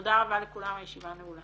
תודה רבה לכולם הישיבה נעולה.